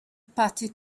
pattie